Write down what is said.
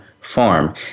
farm